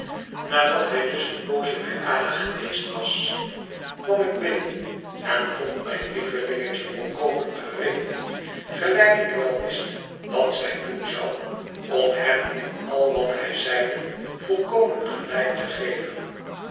nadat hij dus een poosje bij ada geweest was kwam ik binnen en vond mijn lievelingetje volkomen gereed gelijk ik wel wist dat zij doen zou om hem in al wat hij zeide volkomen gelijk te geven